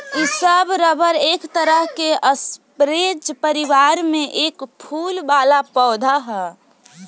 इ सब रबर एक तरह के स्परेज परिवार में के फूल वाला पौधा ह